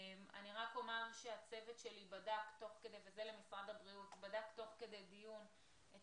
אני רק אומר שהצוות שלי בדק תוך כדי דיון את